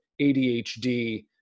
ADHD